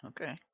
okay